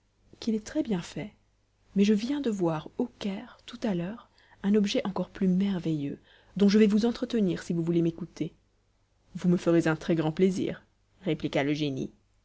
qu'il est très-bien fait mais je viens de voir au caire tout à l'heure un objet encore plus merveilleux dont je vais vous entretenir si vous voulez m'écouter vous me ferez un très-grand plaisir répliqua le génie